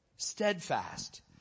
steadfast